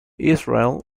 israel